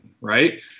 right